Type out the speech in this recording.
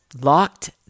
locked